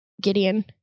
Gideon